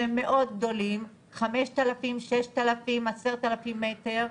שהם מאוד גדולים, 5,000, 6,000, 10,000 מטר,